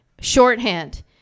shorthand